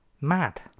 mad